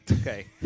Okay